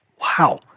Wow